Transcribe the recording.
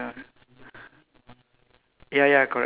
which one you want me to circle eh the